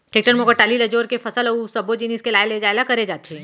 tractor म ओकर trolley ल जोर के फसल अउ सब्बो जिनिस के लाय लेजाय ल करे जाथे